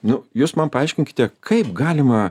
nu jūs man paaiškinkite kaip galima